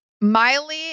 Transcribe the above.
Miley